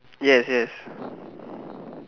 yes yes